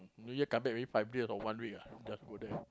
New Year come back already five days or one week ah just go there